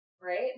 Right